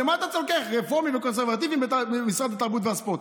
למה אתה לוקח לרפורמים וקונסרבטיבים ממשרד התרבות והספורט?